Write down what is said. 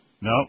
No